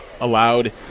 allowed